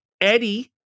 Eddie